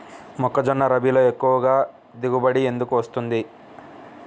మొక్కజొన్న రబీలో ఎక్కువ దిగుబడి ఎందుకు వస్తుంది?